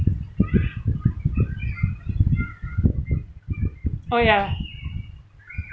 oh ya